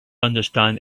understand